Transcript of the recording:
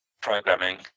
programming